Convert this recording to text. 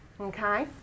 Okay